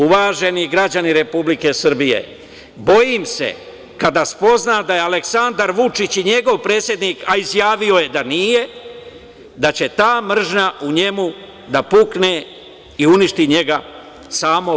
Uvaženi građani Republike Srbije, bojim se kada spozna da je Aleksandar Vučić i njegov predsednik, a izjavio je da nije, da će ta mržnja u njemu da pukne i uništi njega samog.